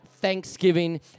thanksgiving